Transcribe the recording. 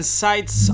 sights